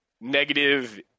negative